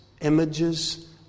images